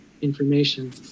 information